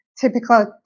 typical